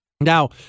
Now